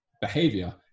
behavior